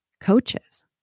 coaches